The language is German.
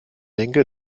denke